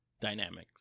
dynamics